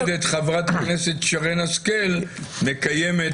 חבר הכנסת שמחה רוטמן, השכילנו